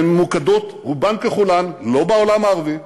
והן ממוקדות רובן ככולן לא בעולם הערבי,